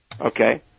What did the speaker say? Okay